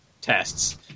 tests